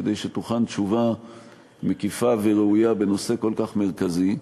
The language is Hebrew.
כדי שתוכן תשובה מקיפה וראויה בנושא כל כך מרכזי.